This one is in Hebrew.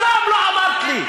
שלום לא אמרת לי.